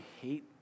hate